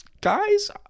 guys